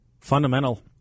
Fundamental